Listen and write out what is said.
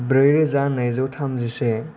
ब्रैरोजा नैजौ थामजिसे